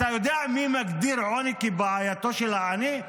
אתה יודע מי מגדיר עוני כבעייתו של העני?